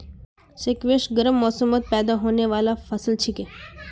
squash गर्म मौसमत पैदा होने बाला फसल छिके